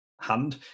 hand